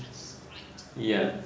ya